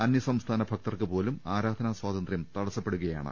അന്യ സംസ്ഥാന ഭക്തർക്കുപോലും ആരാധനാ സ്വാതന്ത്ര്യം തടസ്സപ്പെടുകയാണ്